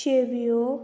शेवयो